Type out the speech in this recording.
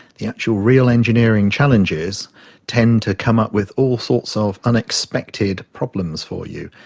the actual real engineering challenges tend to come up with all sorts of unexpected problems for you.